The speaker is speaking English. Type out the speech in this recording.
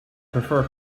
prefer